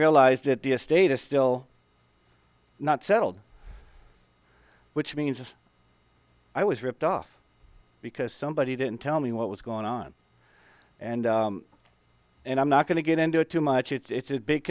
realized that the estate is still not settled which means if i was ripped off because somebody didn't tell me what was going on and and i'm not going to get into it too much it's a big